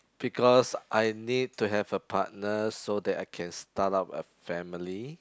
because I need to have a partner so that I can start up a family